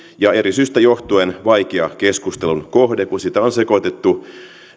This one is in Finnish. ja eri syistä johtuen vaikea keskustelun kohde kun sitä on on sekoitettu